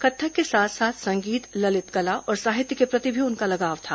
कत्थक के साथ साथ संगीत ललित कला और साहित्य के प्रति भी उनका लगाव था